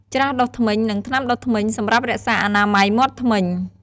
ច្រាសដុសធ្មេញ និងថ្នាំដុសធ្មេញ សម្រាប់រក្សាអនាម័យមាត់ធ្មេញ។